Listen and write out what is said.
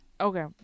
Okay